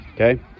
okay